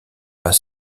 pas